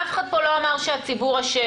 אף אחד פה לא אמר שהציבור אשם,